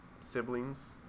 siblings